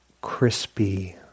crispy